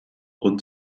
und